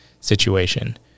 situation